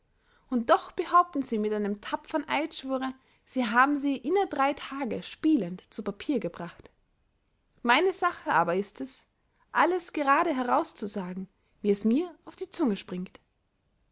und doch behaupten sie mit einem tapfern eidschwure sie haben sie inner drey tagen spielend zu papier gebracht meine sache aber ist es alles gerade heraus zu sagen wie es mir auf die zunge springt